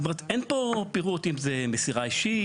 זאת אומרת אין פה פירוט אם זה מסירה אישית.